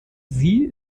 sie